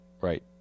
Right